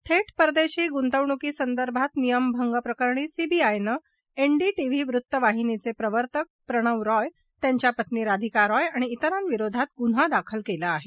थेट परदेशी गृतवणुकीसंदर्भात नियमभंग प्रकरणी सीबीआयनं एनडीटीव्ही वृत्त वाहिनीचे प्रवर्तक प्रणव रॉय त्यांच्या पत्नी राधिका रॉय आणि विरांविरोधात गुन्हा दाखल केला आहे